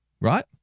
right